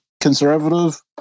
conservative